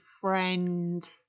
friend